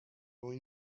boy